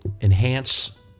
enhance